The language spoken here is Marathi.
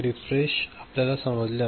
रीफ्रेश आपल्याला समजले आहे